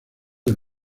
del